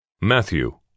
Matthew